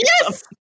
yes